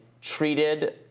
treated